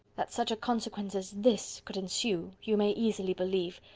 that such a consequence as this could ensue, you may easily believe,